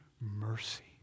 mercy